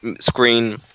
screen